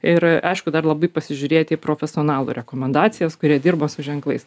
ir aišku dar labai pasižiūrėti į profesionalų rekomendacijas kurie dirba su ženklais